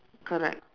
correct